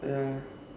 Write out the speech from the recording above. ya